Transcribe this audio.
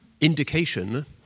indication